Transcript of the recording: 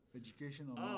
education